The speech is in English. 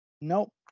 Nope